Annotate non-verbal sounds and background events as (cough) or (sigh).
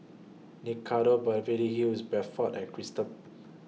(unintelligible) Beverly Hills Bradford and Chipster